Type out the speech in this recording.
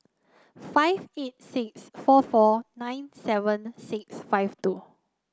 five eight six four four nine seven six five two